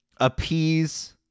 appease